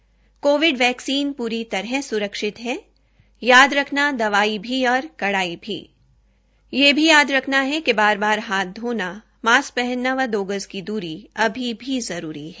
Covid vaccine पूरी तरह सुरक्षित है याद रखना दवाई भी और कड़ाई भी यह भी याद रखना है कि बार बार हाथ धोना मास्क पहनना व दो गज की दूरी अभी भी जरूरी है